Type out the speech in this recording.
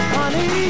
Honey